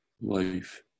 Life